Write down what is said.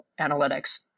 analytics